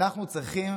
אנחנו צריכים